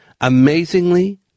Amazingly